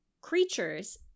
creatures